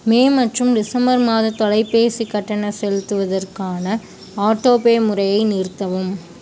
மே மற்றும் டிசம்பர் மாத தொலைபேசிக் கட்டண செலுத்துவதற்கான ஆட்டோபே முறையை நிறுத்தவும்